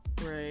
right